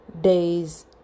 days